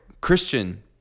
christian